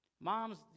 Moms